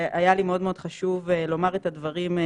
והיה לי מאוד מאוד חשוב לומר את הדברים,